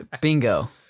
Bingo